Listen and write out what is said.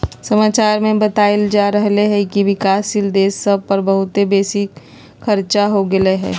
समाचार में बतायल जा रहल हइकि विकासशील देश सभ पर बहुते बेशी खरचा हो गेल हइ